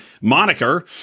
moniker